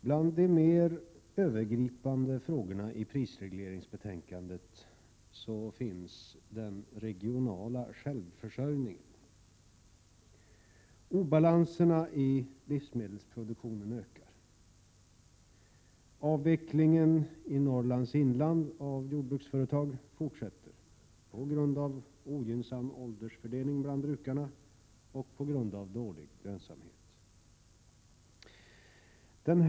En av de mer övergripande frågorna i prisregleringsbetänkandet gäller den regionala självförsörjningen. Obalanserna i livsmedelsproduktionen ökar. Avvecklingen av jordbruksföretag i Norrlands inland fortsätter, på grund av ogynnsam åldersfördelning bland brukarna och på grund av dålig lönsamhet.